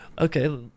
okay